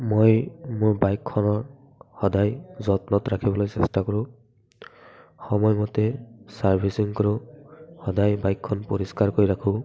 মই মোৰ বাইকখনৰ সদায় যত্নত ৰাখিবলৈ চেষ্টা কৰোঁ সময়মতে চাৰ্ভিছিং কৰোঁ সদায় বাইকখন পৰিষ্কাৰকৈ ৰাখোঁ